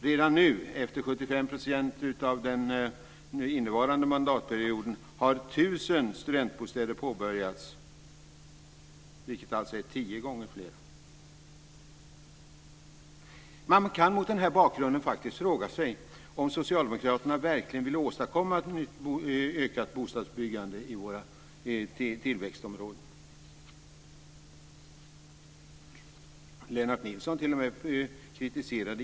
Redan nu, efter 75 % av den innevarande mandatperioden, har 1 000 studentbostäder påbörjats, vilket alltså är tio gånger fler. Man kan mot denna bakgrund faktiskt fråga sig om Socialdemokraterna verkligen vill åstadkomma ett ökat bostadsbyggande i våra tillväxtområden. Lennart Nilsson kritiserade t.o.m.